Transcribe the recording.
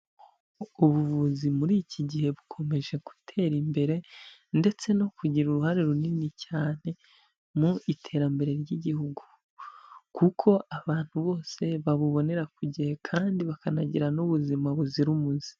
Ubuvuzi muri iki gihe bukomeje gutera imbere ndetse no kugira uruhare runini cyane mu iterambere ry'igihugu, kuko abantu bose babubonera ku gihe kandi bakanagira n'ubuzima buzira umuze.